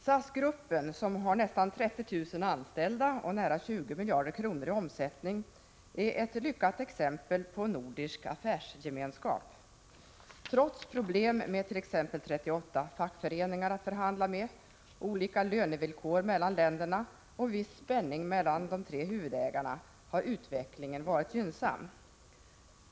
SAS-gruppen, som har nästan 30 000 anställda och nära 20 miljarder kronor i omsättning, är ett lyckat exempel på nordisk affärsgemenskap. Trots problem med t.ex. 38 fackföreningar att förhandla med, olika lönevillkor mellan länderna och viss spänning mellan de tre huvudägarna har utvecklingen varit gynnsam.